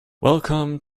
welcome